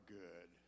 good